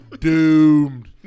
Doomed